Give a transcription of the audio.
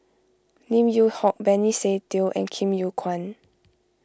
Lim Yew Hock Benny Se Teo and Kim Yew Kuan